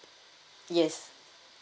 yes